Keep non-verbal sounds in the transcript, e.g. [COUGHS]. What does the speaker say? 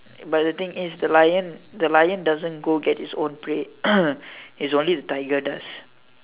but the thing is the lion the lion doesn't go get its own prey [COUGHS] is only the tiger does